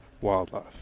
wildlife